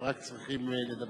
הם רק צריכים לדבר